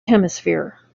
hemisphere